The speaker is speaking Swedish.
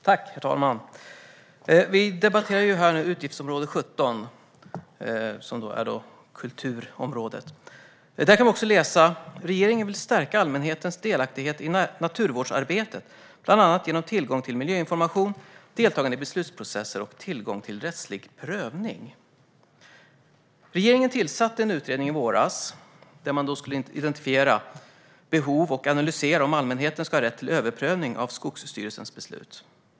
Herr talman! Vi debatterar nu utgiftsområde 17 som gäller kulturområdet. Vi kan i propositionen läsa följande: "Regeringen vill stärka allmänhetens delaktighet i naturvårdsarbetet, bl.a. genom tillgång till miljöinformation, deltagande i beslutsprocesser och tillgång till rättslig prövning." Regeringen tillsatte i våras en utredning som ska identifiera behov och analysera om allmänheten ska ha rätt till överprövning av Skogsstyrelsens beslut.